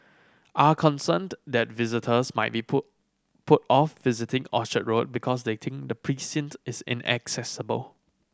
are concerned that visitors might be put put off visiting Orchard Road because they think the precinct is inaccessible